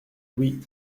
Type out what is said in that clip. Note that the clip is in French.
oui